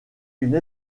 une